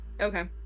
Okay